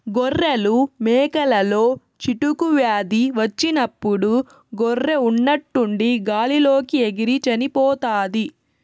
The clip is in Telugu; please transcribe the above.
గొర్రెలు, మేకలలో చిటుకు వ్యాధి వచ్చినప్పుడు గొర్రె ఉన్నట్టుండి గాలి లోకి ఎగిరి చనిపోతాది